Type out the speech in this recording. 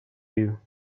you